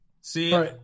See